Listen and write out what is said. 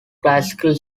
classical